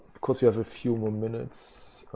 of course you have a few more minutes.